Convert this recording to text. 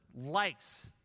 likes